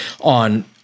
on